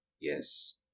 Yes